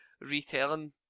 retelling